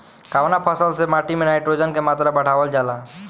कवना फसल से माटी में नाइट्रोजन के मात्रा बढ़ावल जाला?